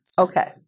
Okay